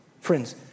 Friends